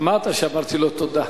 שמעת שאמרתי לו תודה.